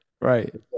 right